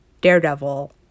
Daredevil